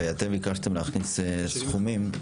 אתם ביקשתם להכניס סכומים,